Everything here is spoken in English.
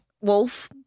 Wolf